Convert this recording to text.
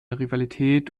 rivalität